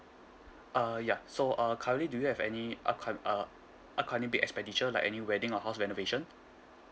uh yeah so uh currently do you have any upcome~ uh upcoming big expenditure like any wedding or house renovation